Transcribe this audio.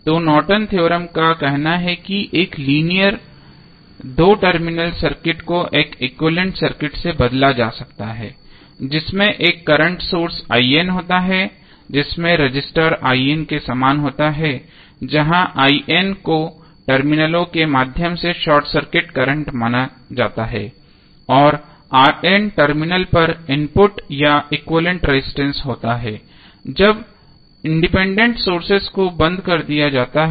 तो Norton theorem Nortons Theorem का कहना है कि एक लीनियर दो टर्मिनल सर्किट को एक्विवैलेन्ट सर्किट से बदला जा सकता है जिसमें एक करंट सोर्स होता है जिसमें रजिस्टर के समान होता है जहाँ को टर्मिनलों के माध्यम से शॉर्ट सर्किट करंट माना जाता है और टर्मिनलों पर इनपुट या एक्विवैलेन्ट रेजिस्टेंस होता है जब इंडिपेंडेंट सोर्सेज को बंद कर दिया जाता है